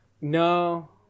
No